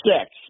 six